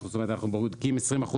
זאת אומרת שאנחנו בודקים 20%,